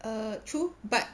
err true but